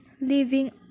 living